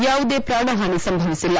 ಯಾವುದೇ ಪ್ರಾಣ ಪಾನಿ ಸಂಭವಿಸಿಲ್ಲ